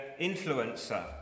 influencer